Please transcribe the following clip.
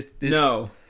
No